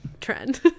trend